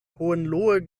hohenlohe